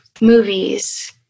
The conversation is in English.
Movies